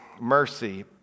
mercy